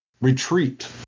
retreat